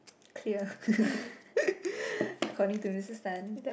clear according to Missus Tan